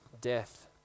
death